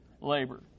Labor